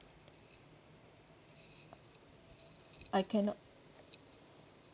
I cannot